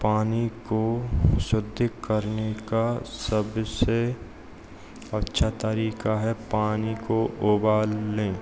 पानी को शुद्ध करने का सबसे अच्छा तरीका है पानी को उबाल लें